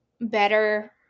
better